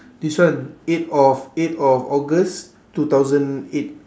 this one eight of eight of august two thousand eight